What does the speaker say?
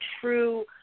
true